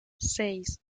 seis